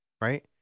right